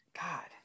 god